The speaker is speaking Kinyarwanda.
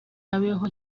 abeho